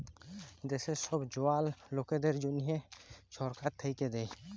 দ্যাশের ছব জয়াল লকদের জ্যনহে ছরকার থ্যাইকে দ্যায়